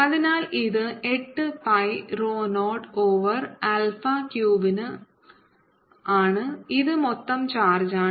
അതിനാൽ ഇത് 8 pi rho o over alpha ക്യൂബിന് ആണ് ഇത് മൊത്തം ചാർജാണ്